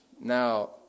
Now